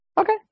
Okay